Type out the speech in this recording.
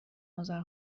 اذر